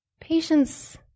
Patience